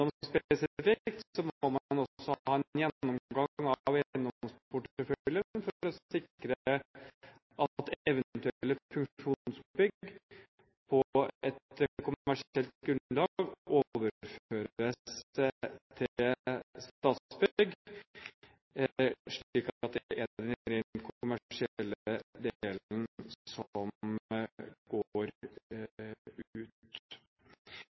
må man også ha en gjennomgang av eiendomsporteføljen for å sikre at eventuelle funksjonsbygg på et kommersielt grunnlag overføres til Statsbygg, slik at det er den rent kommersielle delen som går ut.